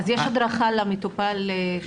יש הדרכה למטופל?